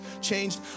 changed